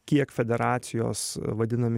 kiek federacijos vadinami